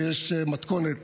ויש מתכונת